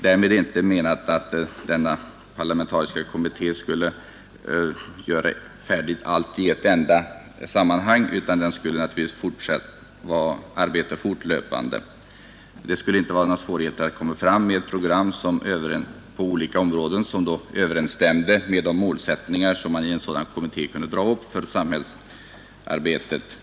Vi menar inte därmed att denna parlamentariska kommitté skulle göra allting färdigt i ett enda sammanhang, utan den skulle naturligtvis bedriva arbetet fortlöpande. Det skulle inte vara någon svårighet att arbeta fram ett program på olika områden som överensstämmer med de mål som en sådan kommitté kunde ställa upp för samhällsarbetet.